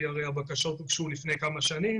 כי הרי הבקשות הוגשו לפני כמה שנים,